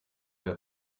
der